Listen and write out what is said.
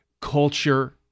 culture